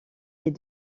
les